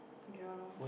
ya loh